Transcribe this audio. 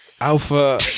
alpha